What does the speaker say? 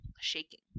shaking